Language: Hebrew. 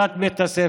עבור הנהלת בית הספר,